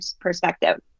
perspective